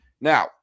Now